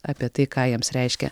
apie tai ką jiems reiškia